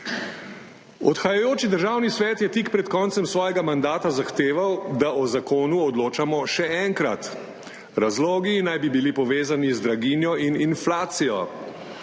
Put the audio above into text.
Odhajajoči Državni svet je tik pred koncem svojega mandata zahteval, da o zakonu odločamo še enkrat. Razlogi naj bi bili povezani z draginjo in inflacijo.